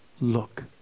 look